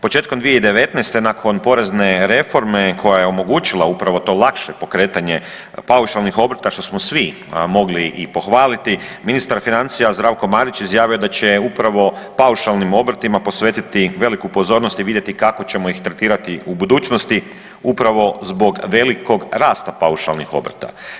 Početkom 2019. nakon porezne reforme koja je omogućila upravo to lakše pokretanje paušalnih obrta što smo svi mogli i pohvaliti ministar financija Zdravko Marić izjavio je da će upravo paušalnim obrtima posvetiti veliku pozornost i vidjeti kako ćemo ih tretirati u budućnosti upravo zbog velikog rasta paušalnih obrta.